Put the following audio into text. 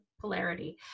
polarity